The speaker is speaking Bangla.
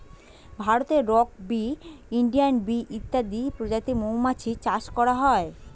ভারতে রক্ বী, ইন্ডিয়ান বী ইত্যাদি প্রজাতির মৌমাছি চাষ করা হয়